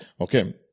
Okay